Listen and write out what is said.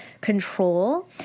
control